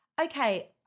okay